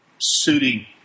suiting